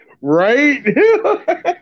right